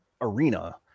arena